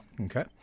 Okay